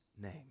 name